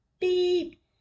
beep